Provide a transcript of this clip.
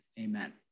amen